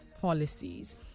policies